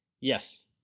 Yes